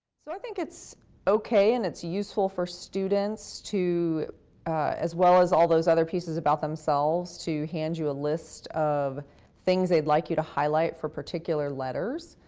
so, i think it's okay and it's useful for students to as well as all those other pieces about themselves to hand you a list of things they'd like you to highlight for particular letters.